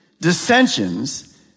dissensions